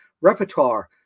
repertoire